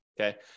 okay